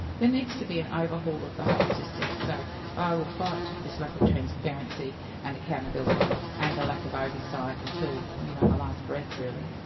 there needs to be an overhaul of the whole system, so i will fight this lack of transparency and accountability and the lack of oversight until my you know um last breath, really.